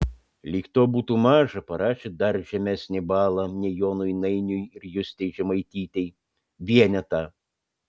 lyg to būtų maža parašė dar žemesnį balą nei jonui nainiui ir justei žemaitytei vienetą